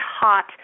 hot